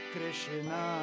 Krishna